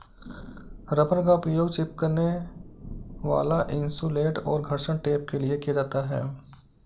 rubber का उपयोग चिपकने वाला इन्सुलेट और घर्षण टेप के लिए किया जाता है